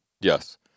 Yes